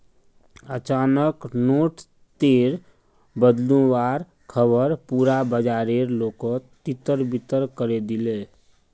अचानक नोट टेर बदलुवार ख़बर पुरा बाजारेर लोकोत तितर बितर करे दिलए